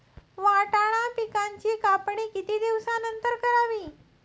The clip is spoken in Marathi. वाटाणा पिकांची कापणी किती दिवसानंतर करावी?